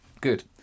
good